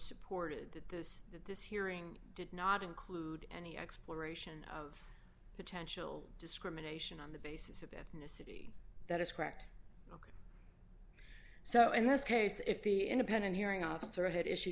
supported that this that this hearing did not include any exploration of potential discrimination on the basis of ethnicity that is correct so in this case if the independent hearing officer had issue